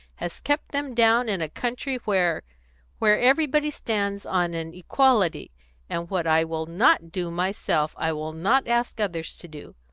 has kept them down in a country where where everybody stands on an equality and what i will not do myself, i will not ask others to do.